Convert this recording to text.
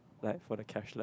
like for the cashless